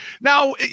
now